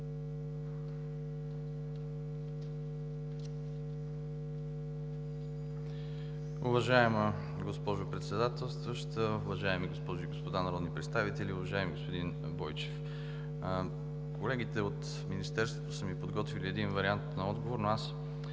Уважаема госпожо Председател, уважаеми госпожи и господа народни представители, уважаеми господин Бойчев! Колегите от Министерството са ми подготвили отговор, но